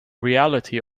reality